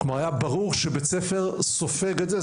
כלומר היה ברור שבית ספר סופג את זה,